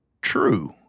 True